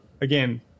again